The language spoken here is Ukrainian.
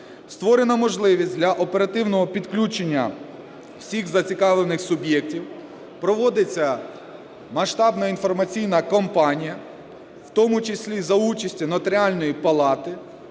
Створена можливість для оперативного підключення всіх зацікавлених суб'єктів, проводиться масштабна інформаційна кампанія, в тому числі за участі Нотаріальної палати,